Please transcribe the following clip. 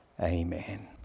amen